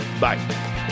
Bye